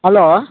hello